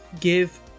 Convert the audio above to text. give